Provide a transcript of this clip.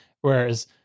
whereas